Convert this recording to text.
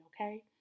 Okay